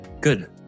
good